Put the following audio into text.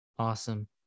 Awesome